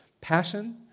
passion